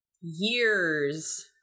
years